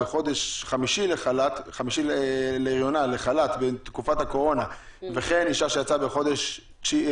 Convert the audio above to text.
בחודש חמישי להריונה לחל"ת בתקופת הקורונה וכן אישה שיצאה בחודש שמיני